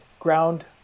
ground